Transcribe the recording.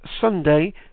Sunday